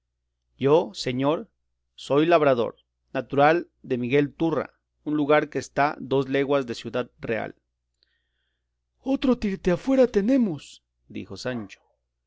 yo señor soy labrador natural de miguel turra un lugar que está dos leguas de ciudad real otro tirteafuera tenemos dijo sancho